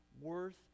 worth